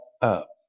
up